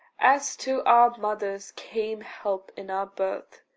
as to our mothers came help in our birth